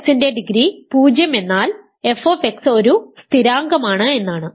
f ന്റെ degree 0 എന്നാൽ f ഒരു സ്ഥിരാങ്കമാണ് എന്നാണ്